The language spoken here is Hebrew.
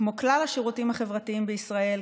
כמו כלל השירותים החברתיים בישראל,